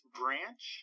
branch